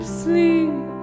sleep